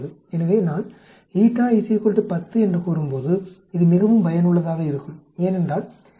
எனவே நான் 10 என்று கூறும்போது இது மிகவும் பயனுள்ளதாக இருக்கும் ஏனென்றால் 63